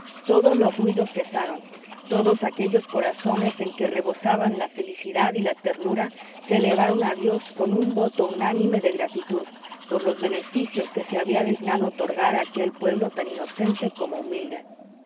todos los ruidos cesaron todos aquellos corazones en que rebosaban la felicidad y la ternura se elevaron a dios con un voto unánime de gratitud por los beneficios que se había dignado otorgar a aquel pueblo tan inocente como humilde